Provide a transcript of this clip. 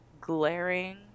glaring